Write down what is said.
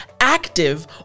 active